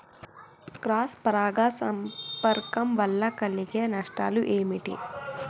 Cross పరాగ సంపర్కం వల్ల కలిగే నష్టాలు ఏమిటి?